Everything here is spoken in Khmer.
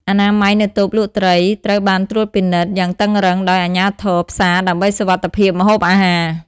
អនាម័យ នៅតូបលក់ត្រីត្រូវបានត្រួតពិនិត្យយ៉ាងតឹងរ៉ឹងដោយអាជ្ញាធរផ្សារដើម្បីសុវត្ថិភាពម្ហូបអាហារ។